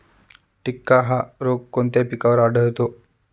टिक्का हा रोग कोणत्या पिकावर आढळतो?